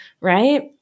right